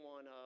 One